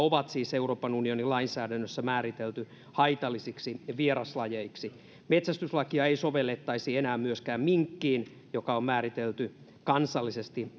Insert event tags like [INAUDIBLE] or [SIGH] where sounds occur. on siis euroopan unionin lainsäädännössä määritelty haitallisiksi vieraslajeiksi metsästyslakia ei sovellettaisi enää myöskään minkkiin joka on määritelty kansallisesti [UNINTELLIGIBLE]